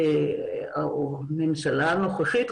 הממשלה הנוכחית,